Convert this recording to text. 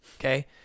Okay